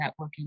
networking